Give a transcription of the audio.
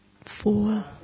four